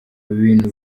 ibintu